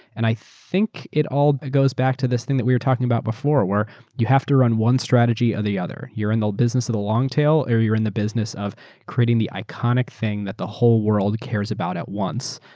and i think it all goes back to this thing that we're talking about before, where you have to run one strategy or the other. you're in the business in a long tail or you're in the business of creating the iconic thing that the whole world cares about at once.